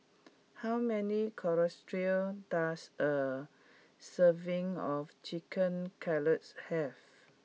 how many does a serving of Chicken Cutlets have